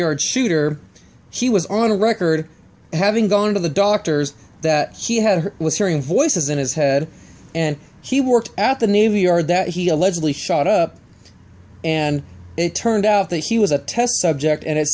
yard shooter she was on record having gone to the doctors that he had was hearing voices in his head and he worked at the navy yard that he allegedly shot up and it turned out that he was a test subject and it